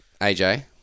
AJ